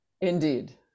Indeed